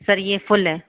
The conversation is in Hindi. सर ये फुल है